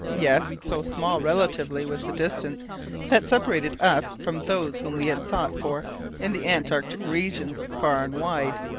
yes! so small, relatively, was the distance that separated us from those whom we had sought for in the antarctic regions far and wide,